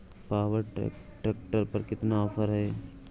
Power track tractor पर कितना offer है?